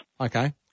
Okay